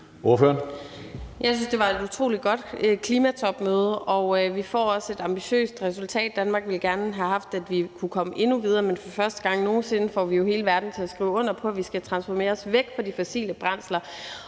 Jeg synes, at det var et utrolig godt klimatopmøde. Og vi får også et ambitiøst resultat. Danmark ville gerne have haft, at vi kunne komme endnu videre, men for første gang nogen sinde får vi jo hele verden til at skrive under på, at vi skal transformere os væk fra de fossile brændsler.